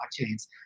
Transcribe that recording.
blockchains